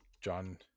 john